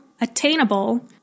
attainable